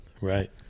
right